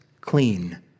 clean